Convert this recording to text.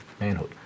manhood